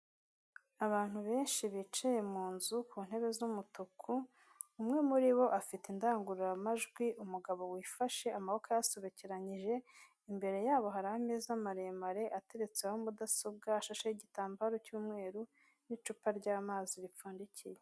Abantu benshi bicaye mu nzu ku ntebe z'umutuku, umwe muri bo afite indangururamajwi, umugabo wifashe amaboko ayasobekeranyije, imbere yabo hari ameza maremare ateretseho mudasobwa, ashasheho igitambaro cy'umweru n'icupa ry'amazi ripfundikiye.